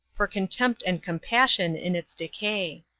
for contempt and compassion in its decay.